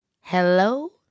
Hello